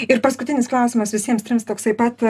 ir paskutinis klausimas visiems trims toksai pat